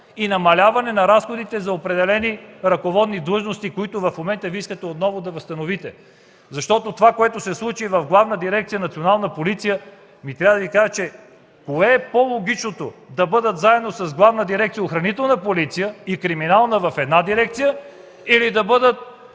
и намаляване на разходите за определени ръководни длъжности, които в момента искате отново да възстановите. При това, което се случи в Главна дирекция „Национална полиция”, кое е по-логичното: да бъдат заедно с Главна дирекция „Охранителна полиция” и „Криминална” в една дирекция, или да бъдат